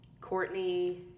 Courtney